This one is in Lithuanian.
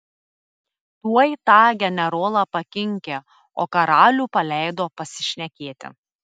tuoj tą generolą pakinkė o karalių paleido pasišnekėti